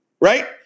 right